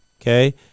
Okay